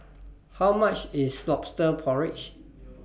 How much IS Lobster Porridge